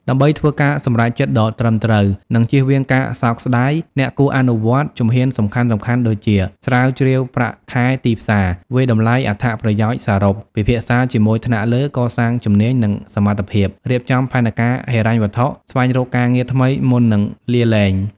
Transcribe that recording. ដើម្បីធ្វើការសម្រេចចិត្តដ៏ត្រឹមត្រូវ និងចៀសវាងការសោកស្ដាយ អ្នកគួរអនុវត្តជំហានសំខាន់ៗដូចជា ស្រាវជ្រាវប្រាក់ខែទីផ្សារ វាយតម្លៃអត្ថប្រយោជន៍សរុប ពិភាក្សាជាមួយថ្នាក់លើ កសាងជំនាញ និងសមត្ថភាព រៀបចំផែនការហិរញ្ញវត្ថុ ស្វែងរកការងារថ្មីមុននឹងលាលែង។